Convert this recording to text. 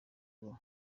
ubu